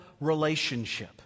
relationship